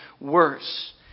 worse